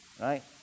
Right